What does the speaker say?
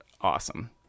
awesome